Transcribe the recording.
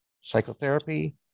psychotherapy